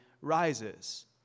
rises